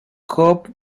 cobb